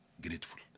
Grateful